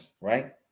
right